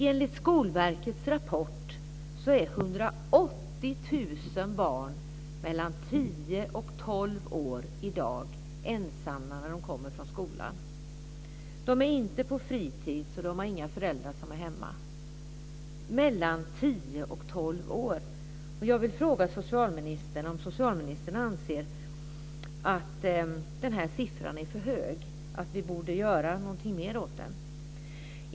Enligt Skolverkets rapport är 180 000 barn mellan tio och tolv år i dag ensamma när de kommer från skolan. De är inte på fritis, och de har inga föräldrar som är hemma. De är alltså mellan tio och tolv år. Jag vill fråga socialministern om han anser att den här siffran är för hög och att vi borde göra någonting mer åt den.